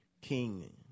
king